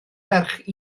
ferch